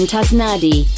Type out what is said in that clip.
Tasnadi